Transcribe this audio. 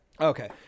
Okay